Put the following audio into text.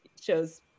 shows